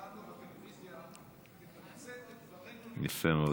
למדנו בטלוויזיה לתמצת את דברינו, יפה מאוד.